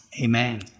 Amen